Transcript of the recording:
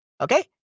Okay